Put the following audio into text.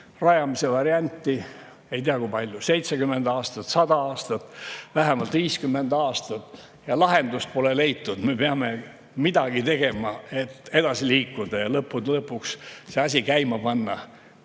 rajamise varianti juba ei tea, kui kaua – 70 aastat, 100 aastat, vähemalt 50 aastat –, aga lahendust pole leitud. Me peame midagi tegema, et edasi liikuda ja lõppude lõpuks see asi käima panna.